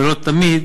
ולא תמיד